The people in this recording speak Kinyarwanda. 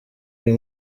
uyu